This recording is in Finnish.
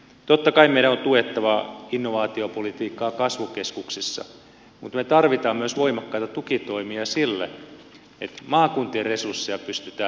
totta kai meidän on tuettava innovaatiopolitiikkaa kasvukeskuksissa mutta me tarvitsemme myös voimakkaita tukitoimia sille että maakuntien resursseja pystytään hyödyntämään